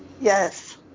Yes